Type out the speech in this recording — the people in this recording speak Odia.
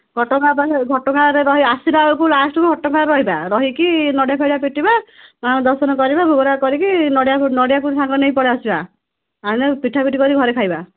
ଘଟଗାଁ ପାଖରେ ଘଟଗାଁରେ ରହି ଆସିଲା ବେଳକୁ ଲାଷ୍ଟକୁ ଘଟଗାଁରେ ରହିବା ରହିକି ନଡ଼ିଆ ଫଡ଼ିଆ ପିଟିବା ମାଆଙ୍କ ଦର୍ଶନ କରିବା ଭୋଗ ରାଗ କରିକି ନଡ଼ିଆକୁ ନଡ଼ିଆକୁ ସାଙ୍ଗରେ ନେଇକି ପଳାଇ ଆସିବା ଆଣିଲେ ପିଠା ପିଠି କରି ଘରେ ଖାଇବା